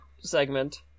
segment